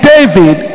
David